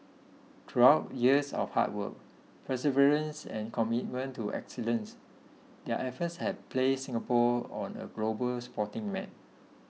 throughout years of hard work perseverance and commitment to excellence their efforts have placed Singapore on the global sporting map